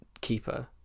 keeper